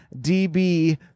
DB